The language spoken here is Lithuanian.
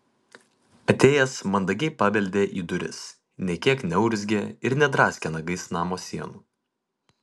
atėjęs mandagiai pabeldė į duris nė kiek neurzgė ir nedraskė nagais namo sienų